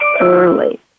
early